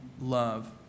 love